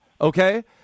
okay